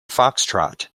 foxtrot